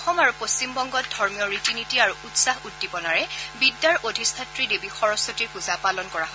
অসম আৰু পশ্চিম বংগত ধৰ্মীয় ৰীতি নীতি আৰু উৎসাহ উদ্দীপনাৰে বিদ্যাৰ অধিষ্ঠাত্ৰী দেৱী সৰস্বতীৰ পূজা পালন কৰা হৈছে